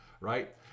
right